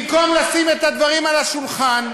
במקום לשים את הדברים על השולחן,